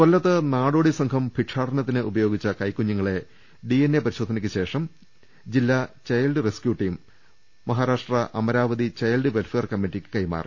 കൊല്ലത്ത് നാടോടി സംഘം ഭിക്ഷാടനത്തിന് ഉപയോഗിച്ചു കൈക്കുഞ്ഞുങ്ങളെ ഡിഎൻഎ പരിശോധനയ്ക്ക് ശേഷം ജില്ലാ child rescue team Maharashtra Amravati child welfare കമ്മറ്റിക്ക് കൈമാറി